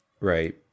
Right